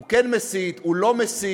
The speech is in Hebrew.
הוא כן מסית, הוא לא מסית,